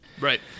right